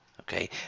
okay